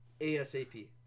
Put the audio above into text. ASAP